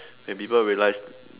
when people realise